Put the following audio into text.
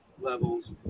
levels